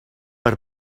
per